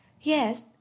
Yes